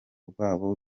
rwabo